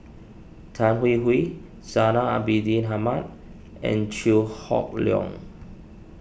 Tan Hwee Hwee Zainal Abidin Ahmad and Chew Hock Leong